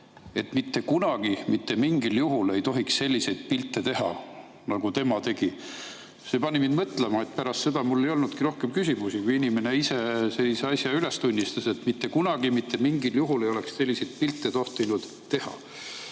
et mitte kunagi mitte mingil juhul ei tohiks selliseid pilte teha, nagu tema tegi. See pani mind mõtlema ja pärast seda mul ei olnudki rohkem küsimusi, kui inimene iseseisvalt asja üles tunnistas, et mitte kunagi mitte mingil juhul ei oleks selliseid pilte tohtinud